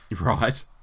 Right